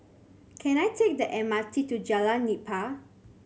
can I take the M R T to Jalan Nipah